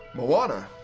the water